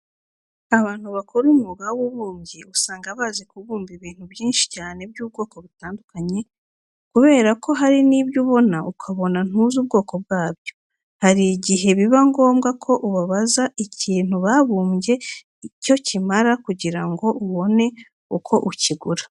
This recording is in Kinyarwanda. Abantu bakora umwuga w'ububumbyi usanga bazi kubumba ibintu byinshi cyane by'ubwoko butandukanye kubera ko hari n'ibyo ubona ukabona ntuzi ubwoko bwabyo. Hari igihe biba ngombwa ko ubabaza ikintu babumbye icyo kimara kugira ngo ubone uko ukigura.